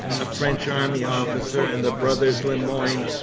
a french army officer, and the brothers le moyne,